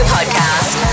Podcast